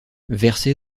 verser